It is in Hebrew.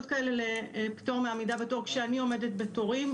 כאלה לפטור מעמידה בתור כשאני עומדת בתורים.